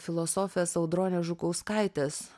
filosofės audronės žukauskaitės